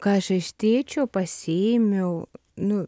ką aš iš tėčio pasiėmiau nu